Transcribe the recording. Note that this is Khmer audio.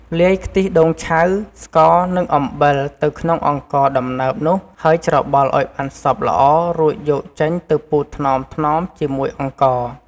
លាយខ្ទិះដូងឆៅ ស្ករនិងអំបិលទៅក្នុងអង្ករដំណើបនោះ ហើយច្របល់ឱ្យបានសព្វល្អរួចយកចេកទៅពូតថ្នមៗជាមួយអង្ករ។